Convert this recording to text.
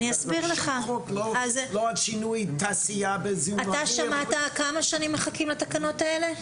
לא בשינוי התעשייה בזיהום אוויר --- כמה זמן מחכים לתקנות האלה?